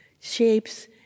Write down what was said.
shapes